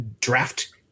draft